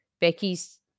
Becky's